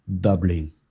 doubling